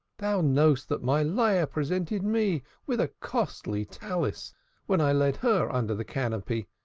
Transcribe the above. thou knowest that my leah presented me with a costly talith when i led her under the canopy.